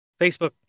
Facebook